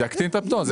זה יקטין את הפטור.